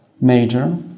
major